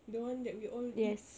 the one that we all bi~